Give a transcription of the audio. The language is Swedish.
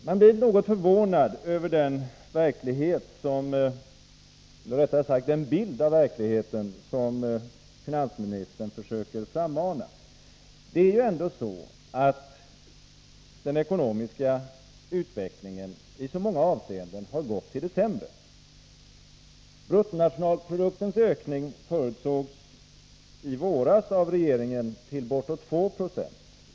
Man blir något förvånad över den bild av verkligheten som finansministern försöker frammana. Det är ju ändå så, att den ekonomiska utvecklingen i så många avseenden har gått mot det sämre. Bruttonationalproduktens ökning förutsades i våras av regeringen bli ca 2 20.